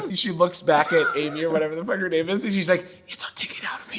she looks back at amy or whatever the fuck her name is and she's like it's our ticket out